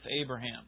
Abraham